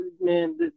man